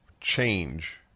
change